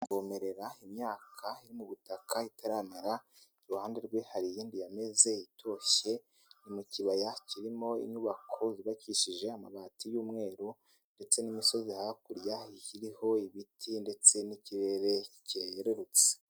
Kumererera imyaka iri mu butaka itaramera, iruhande rwe hari iyindi yameze itoshye, ni mu kibaya kirimo inyubako yubakishije amabati y'umweru ndetse n'imisozi, hakurya kiriho ibiti ndetse n'ikirere kerurutse.